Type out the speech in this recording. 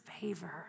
favor